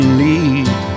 need